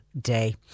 day